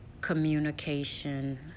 communication